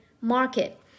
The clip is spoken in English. market